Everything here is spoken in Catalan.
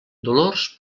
dolors